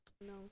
No